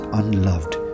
unloved